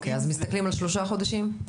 אז מסתכלים על שלושה חודשים קדימה?